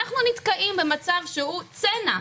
אנחנו נתקעים במצב שהוא צנע,